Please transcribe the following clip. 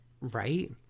Right